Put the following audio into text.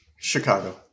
Chicago